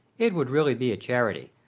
it would really be a charity,